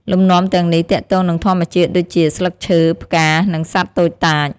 លំនាំទាំងនេះទាក់ទងនឹងធម្មជាតិដូចជា ស្លឹកឈើ, ផ្កា, និងសត្វតូចតាច។